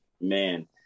man